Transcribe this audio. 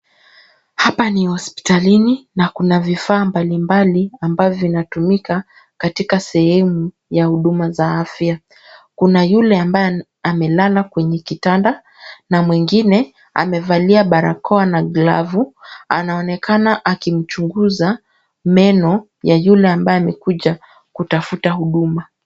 Hapa ni hospitalini na kuna vifaa mbalimbali ambavyo vinatumika katika sehemu ya huduma za afya kuna yule ambaye amelala kwenye kitanda na mwingine amevalia barakoa na glavu anaonekana akimjunguza meno ya yule ambaye amekuja kutafuta huduma.